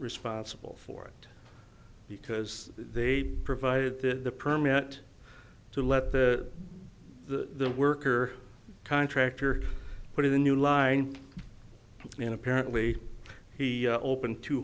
responsible for it because they provided the permit to let the the worker contractor put in the new line and apparently he open